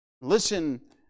Listen